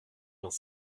vingt